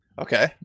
okay